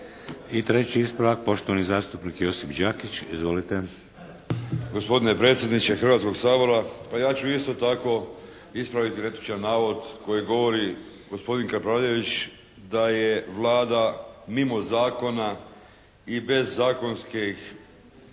treći ispravak, poštovani zastupnik Josip Đakić. Izvolite. **Đakić, Josip (HDZ)** Gospodine predsjedniče Hrvatskoga sabora, pa ja ću isto tako ispraviti netočan navod koji govori gospodin Kapraljević, da je Vlada mimo zakona i bez zakonskih